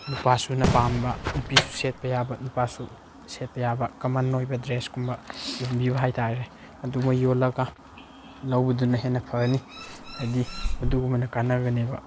ꯅꯨꯄꯥꯅꯁꯨ ꯄꯥꯝꯕ ꯅꯨꯄꯤꯁꯨ ꯁꯦꯠꯄ ꯌꯥꯕ ꯅꯨꯄꯥꯁꯨ ꯁꯦꯠꯄ ꯌꯥꯕ ꯀꯃꯟ ꯑꯣꯏꯕ ꯗ꯭ꯔꯦꯁꯀꯨꯝꯕ ꯌꯣꯟꯕꯤꯌꯨ ꯍꯥꯏꯇꯥꯔꯦ ꯑꯗꯨ ꯃꯣꯏ ꯌꯣꯜꯂꯒ ꯂꯧꯕꯗꯨꯅ ꯍꯦꯟꯅ ꯐꯅꯤ ꯍꯥꯏꯗꯤ ꯃꯗꯨꯒꯨꯝꯕꯅ ꯀꯥꯟꯅꯒꯅꯤꯕ